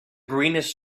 greenish